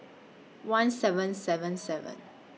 one seven seven seven